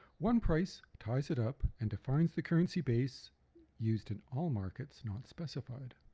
one price ties it up and defines the currency base used in all markets, not specified.